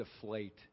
deflate